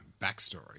Backstory